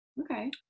okay